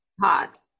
Hot